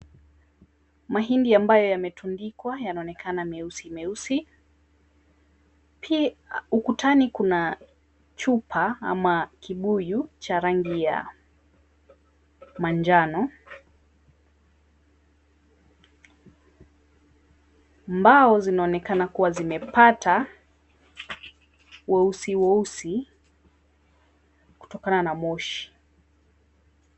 Mahindi ambayo yametundikwa yanaonekana meusi meusi pia ukutani Kuna chupa ama kibuyu cha rangi ya manjano, mbao zinaonekana kuwa zimepata ueusi ueusi kutokana na moshi.